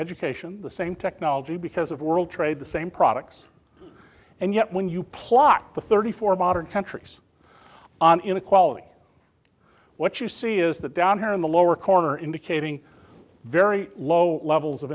education the same technology because of world trade the same products and yet when you plot the thirty four modern countries on inequality what you see is that down here in the lower corner indicating very low levels of